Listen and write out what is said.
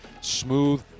smooth